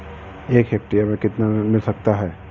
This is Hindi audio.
एक हेक्टेयर में कितना ऋण मिल सकता है?